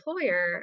employer